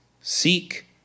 seek